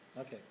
Okay